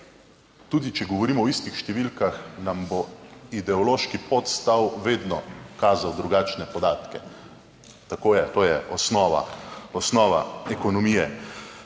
Tudi, če govorimo o istih številkah, nam bo ideološki podstal vedno kazal drugačne podatke. Tako je, to je osnova, **64.